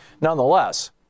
nonetheless